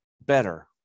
better